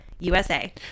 USA